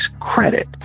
credit